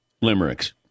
limericks